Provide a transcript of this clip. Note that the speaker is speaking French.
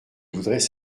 voudrais